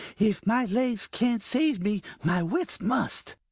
if my legs can't save me, my wits must,